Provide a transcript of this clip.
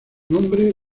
nombre